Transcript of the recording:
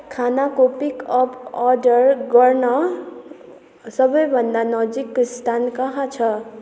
खानाको pickup order गर्न सबैभन्दा नजिकको स्थान कहाँ छ